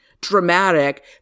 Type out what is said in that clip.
dramatic